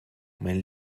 mein